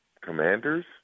commanders